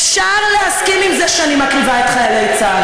אפשר להסכים עם זה שאני מקריבה את חיילי צה"ל.